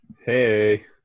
Hey